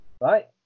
Right